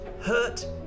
hurt